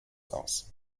aus